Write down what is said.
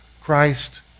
christ